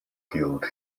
killed